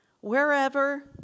wherever